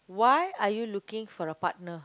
why are you looking for a partner